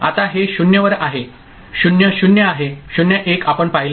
आता हे 0 वर आहे 0 0 0 1 आपण पाहिले